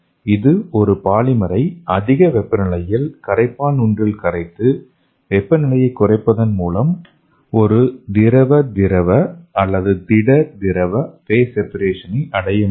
இது ஒரு பாலிமரை அதிக வெப்பநிலையில் கரைப்பான் ஒன்றில் கரைத்து வெப்பநிலையை குறைப்பதன் மூலம் ஒரு திரவ திரவ அல்லது திட திரவ ஃபேஸ் செபரேஷன் அடைய முடியும்